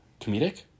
comedic